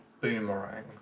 Boomerang